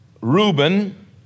Reuben